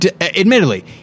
admittedly